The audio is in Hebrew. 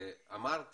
אמרת